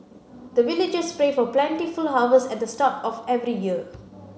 the villagers pray for plentiful harvest at the start of every year